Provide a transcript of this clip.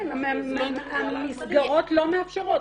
כן, המסגרות לא מאפשרות.